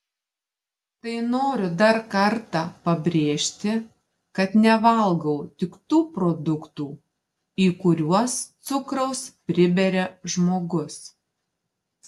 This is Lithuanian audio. tai noriu dar kartą pabrėžti kad nevalgau tik tų produktų į kuriuos cukraus priberia žmogus